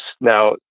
now